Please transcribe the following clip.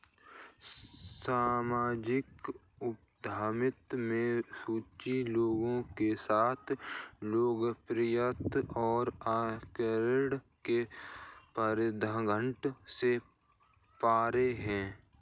सामाजिक उद्यमिता में रुचि लोगों के साथ लोकप्रियता और आकर्षण की परिघटना से परे है